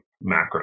macro